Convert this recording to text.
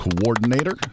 coordinator